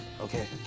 Okay